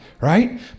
right